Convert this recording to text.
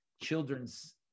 children's